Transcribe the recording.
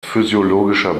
physiologischer